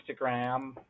Instagram